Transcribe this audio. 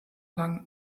lang